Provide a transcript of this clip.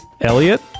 Elliot